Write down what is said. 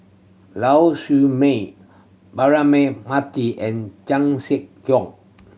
Lau Siew Mei Braema Mathi and Chan Sek Keong